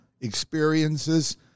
experiences